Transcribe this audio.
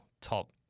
top